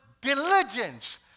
diligence